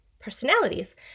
personalities